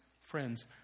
friends